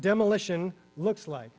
demolition looks like